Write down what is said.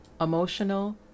emotional